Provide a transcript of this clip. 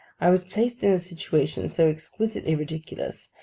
i was placed in a situation so exquisitely ridiculous,